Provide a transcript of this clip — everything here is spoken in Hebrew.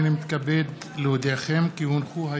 אני קובע כי ההצעה עברה